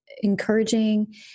encouraging